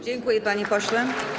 Dziękuję, panie pośle.